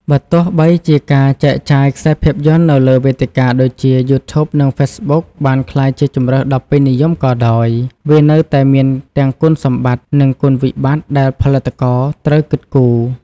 បើទោះបីជាការចែកចាយខ្សែភាពយន្តនៅលើវេទិកាដូចជា យូធូប និង ហ្វេសប៊ុកបានក្លាយជាជម្រើសដ៏ពេញនិយមក៏ដោយ វានៅតែមានទាំងគុណសម្បត្តិនិងគុណវិបត្តិដែលផលិតករត្រូវគិតគូរ។